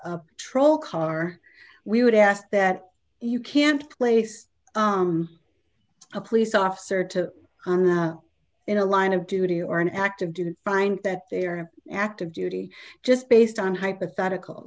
a troll car we would ask that you can't place a police officer to in a line of duty or an active duty find that they are active duty just based on hypothetical